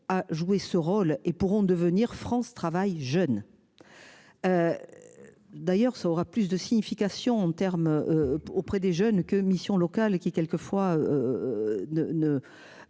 à jouer ce rôle et pourront devenir France travail jeune. D'ailleurs, ça aura plus de signification en terme. Auprès des jeunes que Mission locale qui quelquefois.